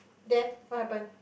then what happened